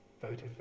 voted